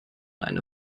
eine